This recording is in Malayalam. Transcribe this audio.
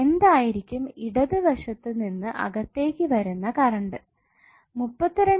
എന്തായിരിക്കും ഇടത് വശത്തു നിന്ന് അകത്തേക്ക് വരുന്ന കറണ്ട്